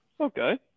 okay